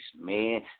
man